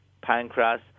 pancreas